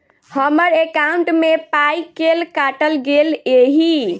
हम्मर एकॉउन्ट मे पाई केल काटल गेल एहि